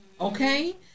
okay